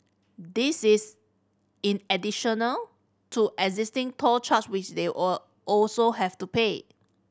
this is in additional to existing toll charge which they'll a also have to pay